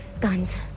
guns